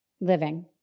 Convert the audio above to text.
Living